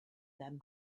them